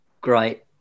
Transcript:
great